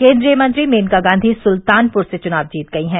केन्द्रीय मंत्री मेनका गांवी सुल्तानपुर से चुनाव जीत गई है